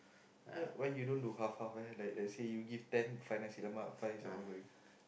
uh why don't you do half half leh like let's say you give ten five nasi-lemak five samor-goreng